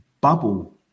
bubble